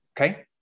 Okay